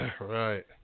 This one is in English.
Right